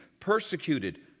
persecuted